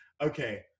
okay